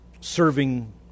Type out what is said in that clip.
serving